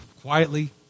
quietly